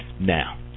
Now